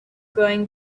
going